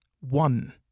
One